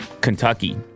Kentucky